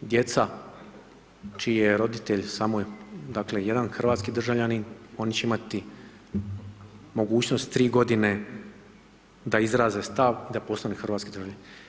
djeca čiji je roditelj samo dakle jedan hrvatski državljanin oni će imati mogućnost tri godine da izraze stav i da postanu hrvatski državljani.